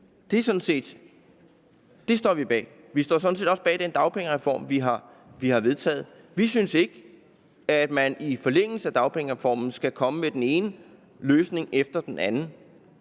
Det står vi bag. Vi står sådan set også bag den dagpengereform, vi har vedtaget. Vi synes ikke, at man i forlængelse af dagpengereformen skal komme med den ene løsning efter den anden,